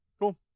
Cool